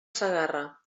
segarra